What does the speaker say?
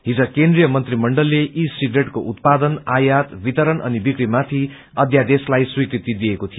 हिज केन्द्रिय मंत्रीमण्डलले ई सिगरेटको उत्पादन आयात वितरण अनि बिक्री मार्गि अध्यादेशलाई स्वीकृति दिएको थियो